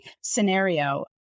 scenario